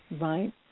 Right